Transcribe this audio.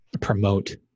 promote